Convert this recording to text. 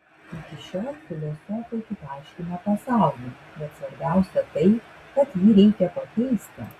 iki šiol filosofai tik aiškino pasaulį bet svarbiausia tai kad jį reikia pakeisti